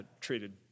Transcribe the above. treated